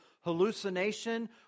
hallucination